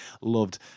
loved